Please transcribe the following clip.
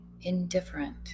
indifferent